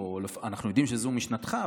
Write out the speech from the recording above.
אנחנו יודעים שזו משנתך,